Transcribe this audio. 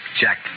Jack